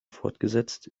fortgesetzt